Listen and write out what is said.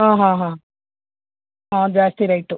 ಹಾಂ ಹಾಂ ಹಾಂ ಹ್ಞೂ ಜಾಸ್ತಿ ರೇಟು